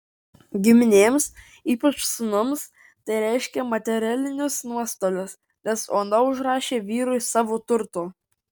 giminėms ypač sūnums tai reiškė materialinius nuostolius nes ona užrašė vyrui savo turto